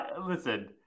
Listen